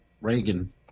Reagan